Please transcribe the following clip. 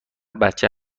بچه